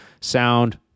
sound